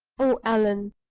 oh, allan!